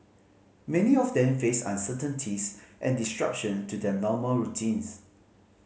many of them faced uncertainties and disruption to their normal routines